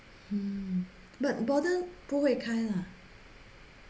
mm but border 不会开 lah